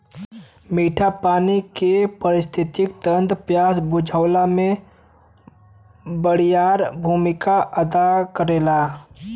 मीठा पानी के पारिस्थितिकी तंत्र प्यास बुझावे में बड़ियार भूमिका अदा करेला